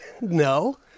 No